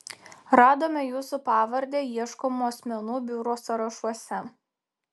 radome jūsų pavardę ieškomų asmenų biuro sąrašuose